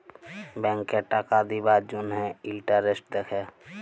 ব্যাংকে টাকা দিবার জ্যনহে ইলটারেস্ট দ্যাখে